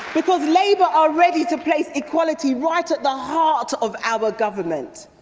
because labour are ready to place equality right at the heart of our government.